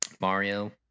Mario